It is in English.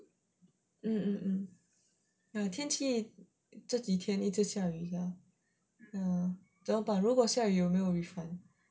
mm 天气这几天一直下雨 sia 怎么办如果下雨有没有雨伞